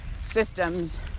systems